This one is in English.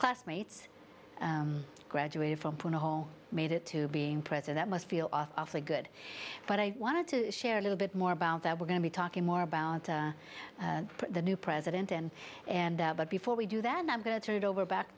classmates graduated from point a home made it to being president must feel awfully good but i wanted to share a little bit more about that we're going to be talking more about the new president and and but before we do that i'm going to turn it over back